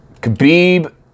Khabib